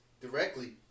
directly